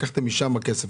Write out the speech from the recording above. לקחתם כסף משם.